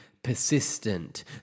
Persistent